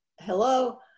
hello